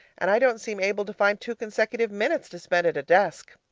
and i don't seem able to find two consecutive minutes to spend at a desk.